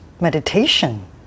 meditation